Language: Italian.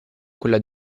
quella